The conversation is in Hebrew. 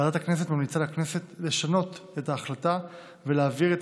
ועדת הכנסת ממליצה לכנסת לשנות את ההחלטה ולהעביר את